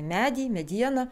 medį medieną